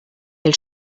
els